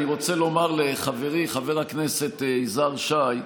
אני רוצה לומר לחברי חבר הכנסת יזהר שי,